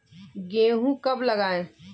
गेहूँ कब लगाएँ?